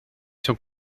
son